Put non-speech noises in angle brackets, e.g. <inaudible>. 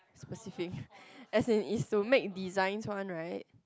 specific <breath> as in is to make designs one right